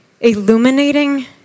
illuminating